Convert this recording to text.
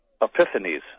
epiphanies